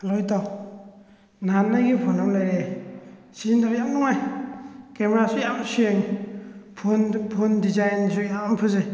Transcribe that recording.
hello ꯏꯇꯥꯎ ꯅꯍꯥꯟ ꯑꯩꯒꯤ ꯐꯣꯟ ꯑꯃ ꯂꯩꯔꯛꯑꯦ ꯁꯤꯖꯤꯟꯅꯕ ꯌꯥꯝ ꯅꯨꯡꯉꯥꯏ ꯀꯦꯃꯦꯔꯥꯁꯨ ꯌꯥꯝ ꯁꯦꯡꯉꯤ ꯐꯣꯟꯗꯣ ꯐꯣꯟ ꯗꯤꯖꯥꯏꯟꯁꯨ ꯌꯥꯝ ꯐꯖꯩ